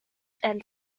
and